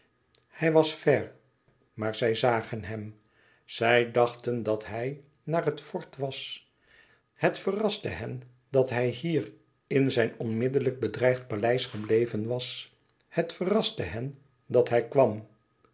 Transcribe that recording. hij was ver maar zij zagen hem zij dachten dat hij e ids aargang het fort was het verraste hen dat hij hier in zijn onmiddellijk bedreigd paleis gebleven was het verraste hen dat hij kwam